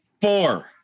Four